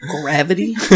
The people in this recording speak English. gravity